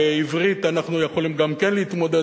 בעברית אנחנו יכולים גם כן להתמודד,